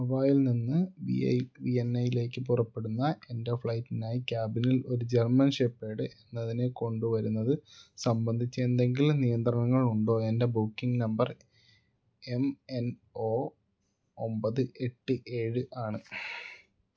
ഹവായിയില്നിന്ന് വിയന്നയിലേക്കു പുറപ്പെടുന്ന എൻ്റെ ഫ്ലൈറ്റിനായി കാബിനിൽ ഒരു ജർമ്മൻ ഷെപ്പേർഡ് എന്നതിനെ കൊണ്ടുവരുന്നത് സംബന്ധിച്ച് എന്തെങ്കിലും നിയന്ത്രണങ്ങളുണ്ടോ എൻ്റെ booking number M N O ഒമ്പത് എട്ട് ഏഴ് ആണ്